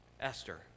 Esther